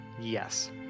Yes